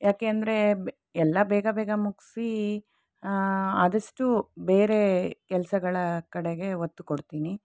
ಯಾಕೆ ಅಂದರೆ ಎಲ್ಲ ಬೇಗ ಬೇಗ ಮುಗಿಸಿ ಆದಷ್ಟು ಬೇರೆ ಕೆಲಸಗಳ ಕಡೆಗೆ ಒತ್ತು ಕೊಡ್ತೀನಿ